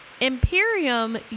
Imperium